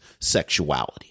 sexuality